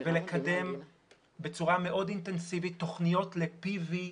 ולקדם בצורה מאוד אינטנסיבית תוכניות ל-פי.וי.